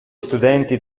studenti